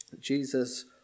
Jesus